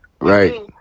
Right